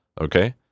Okay